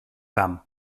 camp